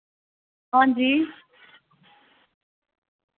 हां जी